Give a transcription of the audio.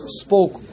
spoke